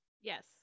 Yes